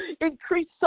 Increase